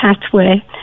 pathway